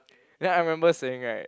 then I remember saying right